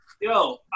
Yo